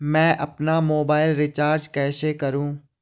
मैं अपना mobile recharge कैसे करूँ?